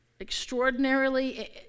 Extraordinarily